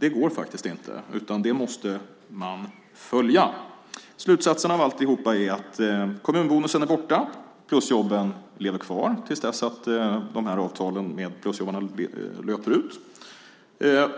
Det går faktiskt inte, utan dem måste man följa. Slutsatsen av alltihop är att kommunbonusen är borta och plusjobben lever kvar till dess att avtalen med plusjobbarna löper ut.